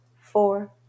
Four